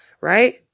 right